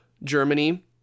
Germany